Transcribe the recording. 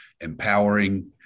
empowering